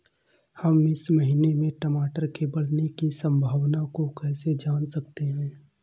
हम इस महीने में टमाटर के बढ़ने की संभावना को कैसे जान सकते हैं?